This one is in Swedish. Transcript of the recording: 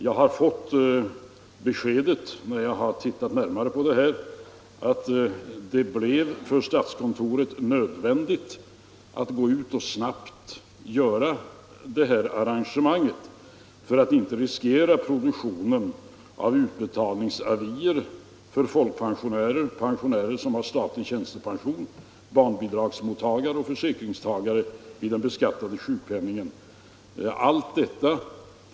Jag har när jag närmare sett på frågan fått det beskedet att det blev nödvändigt för statskontoret att snabbt vidta detta arrangemang för att inte riskera produktionen av utbetalningsavier till folkpensionärer, pensionärer med statlig tjänstepension, barnbidragsmottagare och försäkringstagare i sjukförsäkringen.